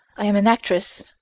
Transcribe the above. i am an actress.